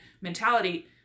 mentality